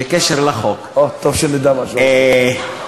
בקשר לחוק, או, טוב שנדע משהו על זה.